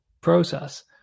process